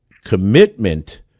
commitment